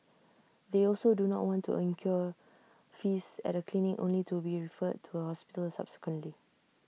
they also do not want to incur fees at A clinic only to be referred to A hospital subsequently